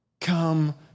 come